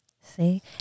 See